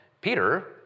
Peter